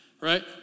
right